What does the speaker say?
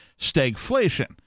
stagflation